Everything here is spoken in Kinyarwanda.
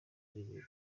rimwe